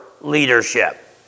leadership